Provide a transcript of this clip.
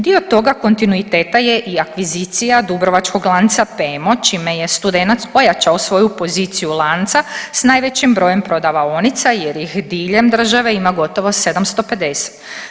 Dio toga kontinuiteta je i akvizicija dubrovačkog lanca Pemo čime je Studenac ojačao svoju poziciju lanca s najvećim brojem prodavaonica jer ih diljem države ima gotovo 750.